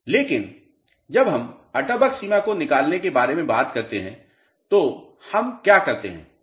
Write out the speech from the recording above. लेकिन जब हम अटेरबर्ग सीमा को निकालने के बारे में बात करते हैं तो हम क्या करते हैं